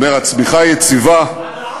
הוא אומר: הצמיחה יציבה, על העוני?